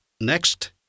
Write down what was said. next